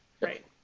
Right